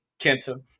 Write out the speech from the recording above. Kenta